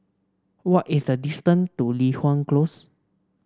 what is the distance to Li Hwan Close